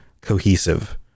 cohesive